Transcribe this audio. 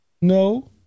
No